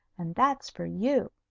and that's for you.